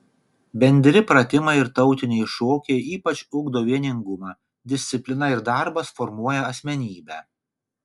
bendri pratimai ir tautiniai šokiai ypač ugdo vieningumą disciplina ir darbas formuoja asmenybę